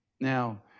Now